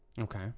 Okay